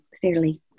fairly